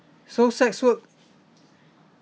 so sex work